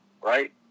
right